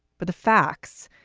but the facts,